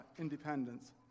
independence